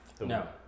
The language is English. No